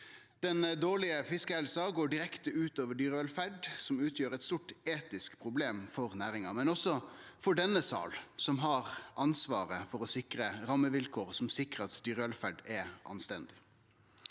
Den dårlege fiskehelsa går direkte ut over dyrevelferda, som utgjer eit stort etisk problem for næringa – og også for denne salen, som har ansvaret for å sikre rammevilkår som sikrar at dyrevelferda er anstendig.